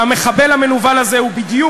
והמחבל המנוול הזה הוא בדיוק,